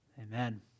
Amen